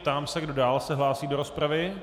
Ptám se, kdo dál se hlásí do rozpravy.